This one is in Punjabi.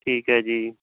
ਠੀਕ ਹੈ ਜੀ